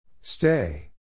Stay